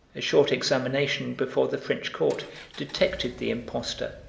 a short examination before the french court detected the impostor,